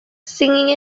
singing